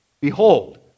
Behold